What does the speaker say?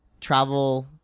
travel